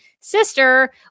sister